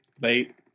late